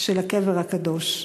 של הקבר הקדוש.